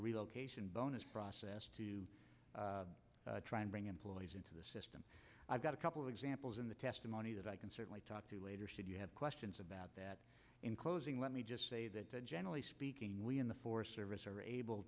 relocation bonus process to try and bring employees into the system i've got a couple of examples in the testimony that i can certainly talk to later should you have questions about that in closing let me just say that generally speaking we in the forest service are able